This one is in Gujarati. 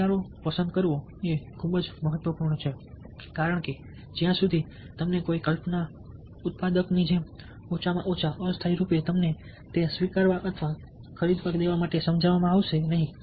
વિચાર પસંદ કરવો ખૂબ જ મહત્વપૂર્ણ છે કારણ કે જ્યાં સુધી તમને કોઈ કલ્પના ઉત્પાદનની જેમ ઓછામાં ઓછા અસ્થાયી રૂપે તમને તે સ્વીકારવા અથવા ખરીદવા દેવા માટે સમજાવવામાં આવશે નહીં